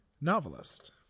novelist